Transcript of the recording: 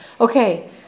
Okay